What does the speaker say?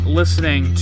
listening